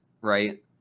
right